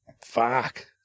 fuck